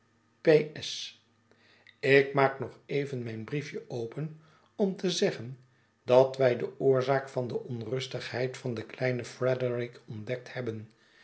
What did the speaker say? s ik maak nog even mijn briefje open om te zeggen dat wij de oorzaak van de onrustigheid van den kleinen frederick ontdekt hebben